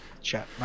chat